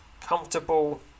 comfortable